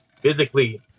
physically